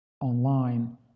online